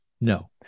No